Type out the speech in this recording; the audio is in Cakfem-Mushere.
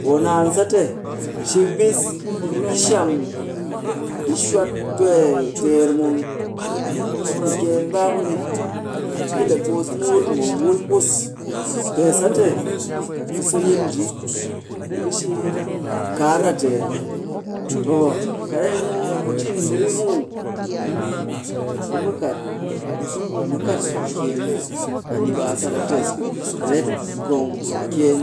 Poo naan satte, shikbis ɗi shang, ɗi ɗi shwat kwee teer mun ku kɨkyeen mbaa ku ni. Ɗi le puus muut mun wul kus. Pee satte, kat ka so yil nji, ɓe ɗi shi kaara teer nga. Toh, kat ɗeng mu cin ndiri muw, a ni ɓe mu kat mu kat sokɨkyeen muw. A ni ɓe a sat a te, ɗi ret gong sokɨkyeen